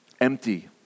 Empty